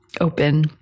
open